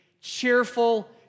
cheerful